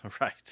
Right